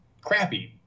crappy